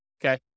okay